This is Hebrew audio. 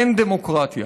אין דמוקרטיה.